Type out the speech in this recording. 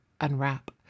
unwrap